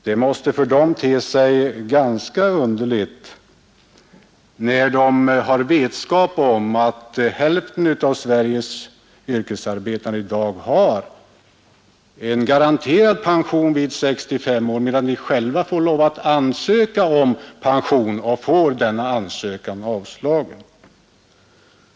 Det måste för dem te sig ganska underligt när de har vetskap om att hälften av Sveriges yrkesarbetande i dag har en garanterad pension vid 65 år medan de själva måste ansöka om pension och får denna ansökan avslagen.